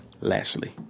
Lashley